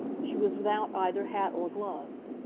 she was without either hat or gloves.